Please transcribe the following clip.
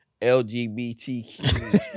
LGBTQ